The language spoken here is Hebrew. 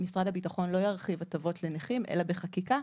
שמשרד הביטחון לא ירחיב הטבות לנכים אלא בחקיקה.